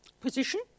position